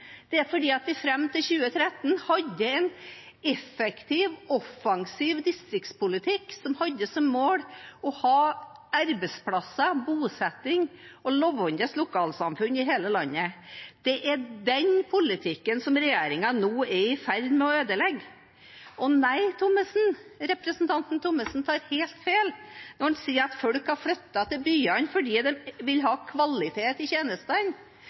Det er fordi vi fram til 2013 hadde en effektiv, offensiv distriktspolitikk som hadde som mål å ha arbeidsplasser, bosetning og levende lokalsamfunn i hele landet. Det er den politikken regjeringen nå er i ferd med å ødelegge. Og representanten Thommessen tar helt feil når han sier at folk har flyttet til byene fordi de vil ha kvalitet i tjenestene.